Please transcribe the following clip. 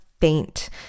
faint